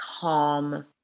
calm